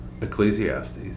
Ecclesiastes